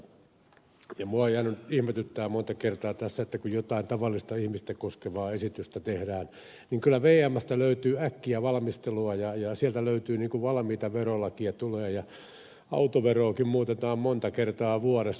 minua on jäänyt ihmetyttämään monta kertaa tässä että kun jotain tavallista ihmistä koskevaa esitystä tehdään niin kyllä vmstä löytyy äkkiä valmistelua ja sieltä valmista verolakia tulee ja autoveroakin muutetaan monta kertaa vuodessa